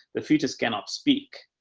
the fetus cannot speak,